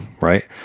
Right